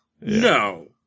no